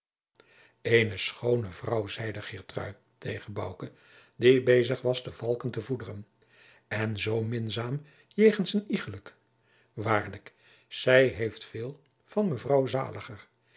eene schoone vrouw zeide geertrui tegen bouke die bezig was de valken te voederen en zoo minzaam jegens een iegelijk waarlijk zij heeft veel van mevrouw zaliger